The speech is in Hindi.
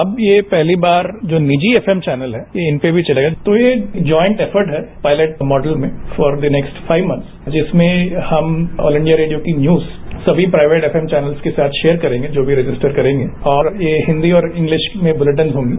अब ये पहली बार जो निजी एफएम चौनल है ये इन पर भी चलेगा तो ये ज्वाइंट अफर्ट है पॉयलट मॉडल में for the next five months जिसमें हम ऑल इंडिया रेडियो की न्यूज सभी प्राइवेट एफएम चौनल्स के साथ शेयर करेगे जो भी रजिस्टर करेंगे और ये हिन्दी और इंग्लिश में बुलेटिन होंगे